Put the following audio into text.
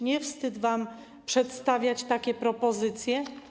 Nie wstyd wam przedstawiać takie propozycje?